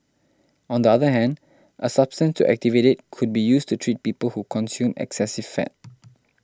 on the other hand a substance to activate it could be used to treat people who consume excessive fat